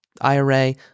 IRA